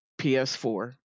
PS4